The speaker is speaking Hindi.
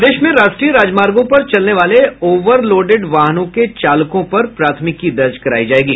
प्रदेश में राष्ट्रीय राजमार्गों पर चलने वाले ओवरलोडेड वाहनों के चालकों पर प्राथमिकी दर्ज कराई जायेगी